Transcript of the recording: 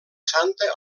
santa